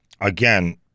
again